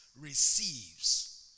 receives